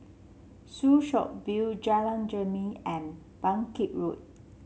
Soo Chow View Jalan Jermin and Bangkit Road